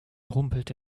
rumpelte